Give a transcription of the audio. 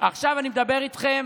עכשיו אני מדבר איתכם